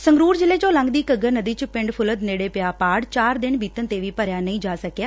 ਸੰਗਰੂਰ ਜ਼ਿਲ੍ਹੇ ਚੋ ਲੰਘਦੀ ਘੱਗਰ ਨਦੀ ਚ ਪਿੰਡ ਫੂਲਦ ਨੇੜੇ ਪਿਆ ਪਾੜ ਚਾਰ ਦਿਨ ਬੀਤਣ ਤੇ ਵੀ ਭਰਿਆ ਨਹੀ ਜਾ ਸਕਿਆ